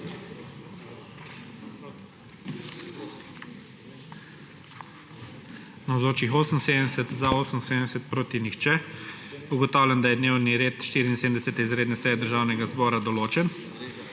glasovalo 78.) (Proti nihče.) Ugotavljam, da je dnevni red 74. izredne seje Državnega zbora določen.